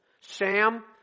Sam